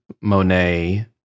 Monet